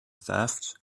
theft